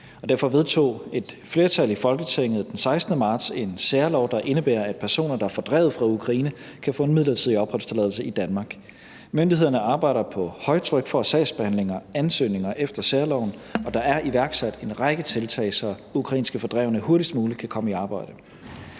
Derfor vedtog et flertal i Folketinget den 16. marts en særlov, der indebærer, at personer, der er fordrevet fra Ukraine, kan få en midlertidig opholdstilladelse i Danmark. Myndighederne arbejder på højtryk for at sagsbehandle ansøgninger efter særloven, og der er iværksat en række tiltag, så ukrainske fordrevne hurtigst muligt kan komme i arbejde.